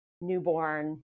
newborn